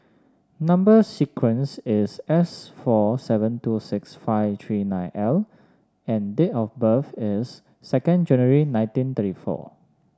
number sequence is S four seven two six five three nine L and date of birth is second January nineteen thirty four